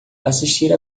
assistir